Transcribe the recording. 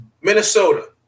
Minnesota